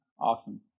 Awesome